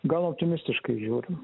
gan optimistiškai žiūrim